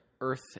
Earth